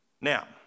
now